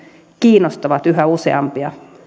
kiinnostavat yhä useampia